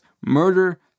murder